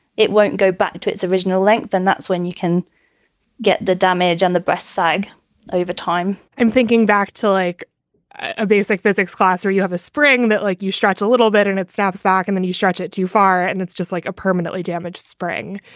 it won't go back to its original length and that's when you can get the damage on the breast side over time i'm thinking back to like a basic physics class where you have a spring that like you stretch a little bit and it snaps back in and the new stretch it too far and it's just like a permanently damaged spring.